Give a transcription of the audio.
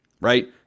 right